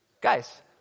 Guys